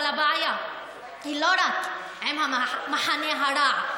אבל הבעיה היא לא רק עם המחנה הרע,